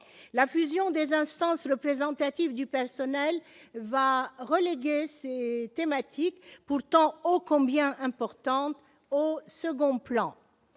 La fusion des instances représentatives du personnel va reléguer ces thématiques, pourtant ô combien importantes, au second plan.